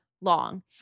long